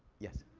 yes?